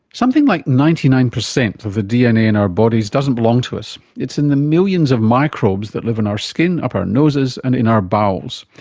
something like ninety nine percent of the dna in our bodies doesn't belong to us. it's in the millions of microbes that live on our skin, up our noses and in our bowels.